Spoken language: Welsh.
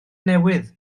newydd